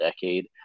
decade